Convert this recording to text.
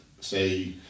say